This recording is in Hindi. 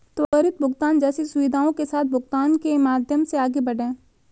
त्वरित भुगतान जैसी सुविधाओं के साथ भुगतानों के माध्यम से आगे बढ़ें